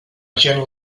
agent